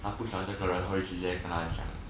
他不喜欢这个人他会直接跟他讲